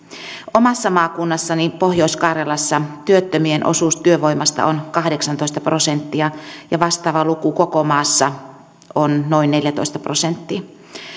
omassa maakunnassani pohjois karjalassa työttömien osuus työvoimasta on kahdeksantoista prosenttia ja vastaava luku koko maassa on noin neljätoista prosenttia